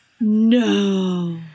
No